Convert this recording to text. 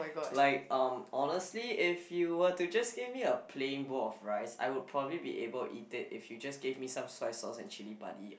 like um honestly if you were to just give me a plain bowl of rice I would probably be able to eat it if you just gave me some soy sauce and chilli padi